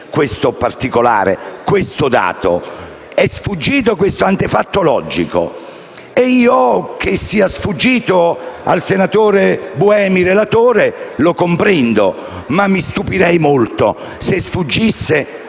questo particolare, questo dato, questo antefatto logico. Che sia sfuggito al senatore Buemi, relatore, lo comprendo, ma mi stupirei molto se sfuggisse